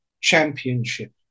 championship